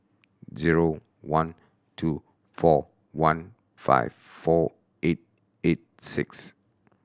zero one two four one five four eight eight six